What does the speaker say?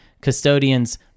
custodians